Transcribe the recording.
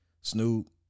Snoop